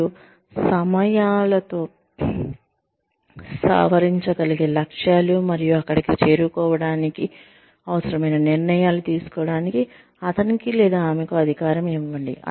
మరియు సమయాలతో సవరించగలిగే లక్ష్యాలు మరియు అక్కడికి చేరుకోవడానికి అవసరమైన నిర్ణయాలు తీసుకోవడానికి అతనికి లేదా ఆమెకు అధికారం ఇవ్వండి